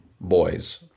boys